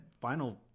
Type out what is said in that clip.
final